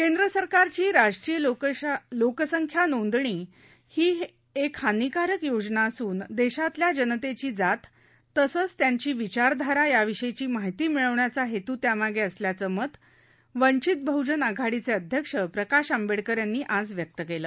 केंद्र सरकारची राष्ट्रीय लोकसंख्या नोंदणी ही एक हानीकारक योजना असून देशातल्या जनतेची जात तसंच त्यांची विचारधारा याविषयीची माहिती मिळवण्याचा हेतू त्यामागे असल्याचं मत वंचित बडूजन आघाडीचे अध्यक्ष प्रकाश आंबेडकर यांनी आज व्यक्त केलं